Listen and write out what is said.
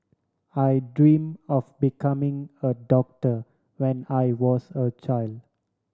I dreamt of becoming a doctor when I was a child